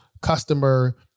customer